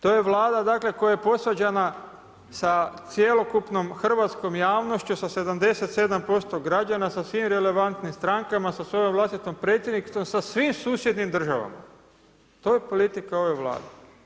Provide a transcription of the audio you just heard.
To je Vlada koja je posvađana sa cjelokupnom hrvatskom javnošću sa 77% građana, sa svim relevantnim strankama, sa svojom vlastitom predsjednicom, sa svim susjednim državama, to je politika ove Vlade.